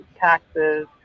taxes